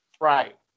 Right